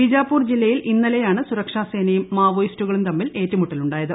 ബിജാപ്പൂർ ജില്ലയിൽ ഇന്നലെയാണ് സുരക്ഷാസേനയും മാവോയിസ്റ്റുകളും തമ്മിൽ ഏറ്റുമുട്ടൽ ഉണ്ടായത്